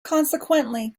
consequently